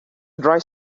dry